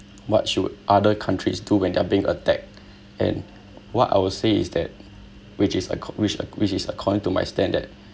what should other countries do when they're being attacked and what I will say is that which is a con~ which uh which is according to my standard